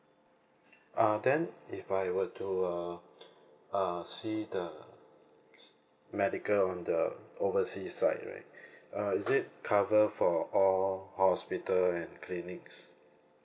uh then if I were to uh uh see the medical on the overseas side right uh is it covered for all all hospital and clinics